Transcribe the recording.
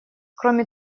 кроме